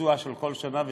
בביצוע של כל שנה ושנה,